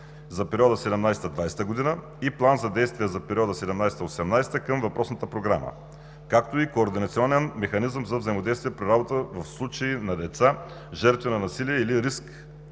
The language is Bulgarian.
за периода 2017 – 2020 г. и План за действие за периода 2017 – 2018 г. към въпросната програма, както и Координационен механизъм за взаимодействие при работа в случаи на деца, жертви на насилие или в риск